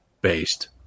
based